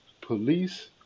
police